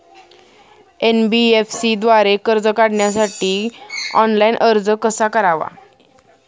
NBFC द्वारे कर्ज काढण्यासाठी ऑनलाइन अर्ज कसा करावा?